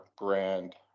brand